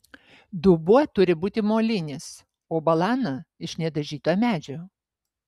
dubuo turi būti molinis o balana iš nedažyto medžio